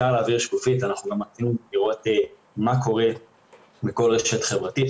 אנחנו גם יכולים לראות מה קורה בכל רשת חברתית.